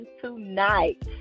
tonight